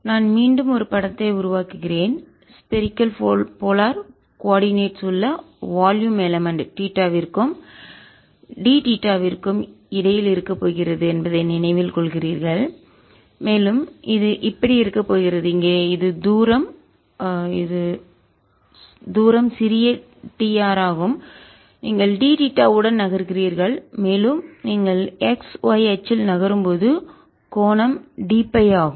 நான் மீண்டும் ஒரு படத்தை உருவாக்குகிறேன் ஸ்பரிக்கல் போலார் கோள துருவ கோஆர்டினேட் உள்ள வால்யும் எலமன்ட் தீட்டாவிற்கும் டி தீட்டாவிற்கும் இடையில் இருக்கப் போகிறது என்பதை நினைவில் கொள்கிறீர்கள் மேலும் இது இப்படி இருக்கப் போகிறது இங்கே இது தூரம் சிறிய டி ஆர் ஆகும் நீங்கள் டி தீட்டாவுடன் நகர்கிறீர்கள் மேலும் நீங்கள் xy அச்சில் நகரும்போது கோணம் dΦ ஆகும்